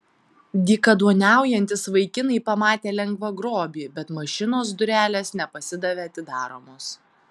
dykaduoniaujantys vaikinai pamatė lengvą grobį bet mašinos durelės nepasidavė atidaromos